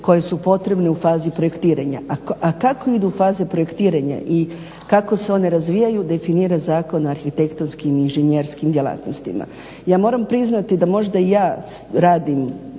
koje su potrebne u fazi projektiranja. A kako idu faze projektiranja i kako se one razvijaju definira Zakon o arhitektonskim i inženjerskim djelatnostima. Ja moram priznati da možda i ja radim